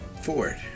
Ford